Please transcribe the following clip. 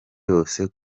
yose